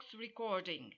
recording